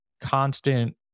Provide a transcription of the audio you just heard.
constant